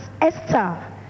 Esther